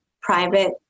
private